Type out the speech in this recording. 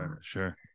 Sure